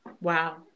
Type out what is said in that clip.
Wow